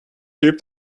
keep